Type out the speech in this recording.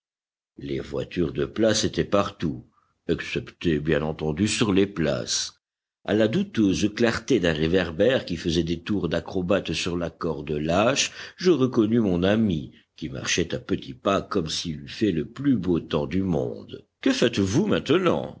les voitures de place étaient partout excepté bien entendu sur les places à la douteuse clarté d'un réverbère qui faisait des tours d'acrobate sur la corde lâche je reconnus mon ami qui marchait à petits pas comme s'il eût fait le plus beau temps du monde que faites-vous maintenant